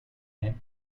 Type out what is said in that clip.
and